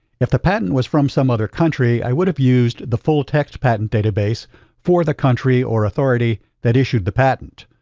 if the patent was from some other country, i would have used the full-text patent database for the country or authority that issued the patent.